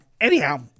Anyhow